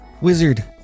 Wizard